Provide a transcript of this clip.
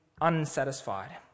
unsatisfied